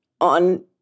on